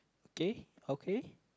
K okay